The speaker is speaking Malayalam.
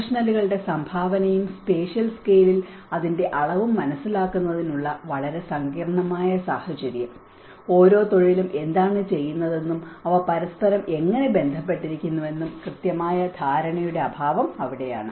പ്രൊഫഷണലുകളുടെ സംഭാവനയും സ്പേഷ്യൽ സ്കെയിലിൽ അതിന്റെ അളവും മനസ്സിലാക്കുന്നതിനുള്ള വളരെ സങ്കീർണ്ണമായ സാഹചര്യം ഓരോ തൊഴിലും എന്താണ് ചെയ്യുന്നതെന്നും അവ പരസ്പരം എങ്ങനെ ബന്ധപ്പെട്ടിരിക്കുന്നുവെന്നും കൃത്യമായ ധാരണയുടെ അഭാവം അവിടെയാണ്